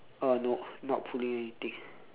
uh no not pulling anything